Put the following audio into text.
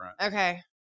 Okay